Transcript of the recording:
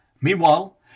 Meanwhile